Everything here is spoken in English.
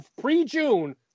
pre-June